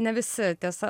ne visi tiesa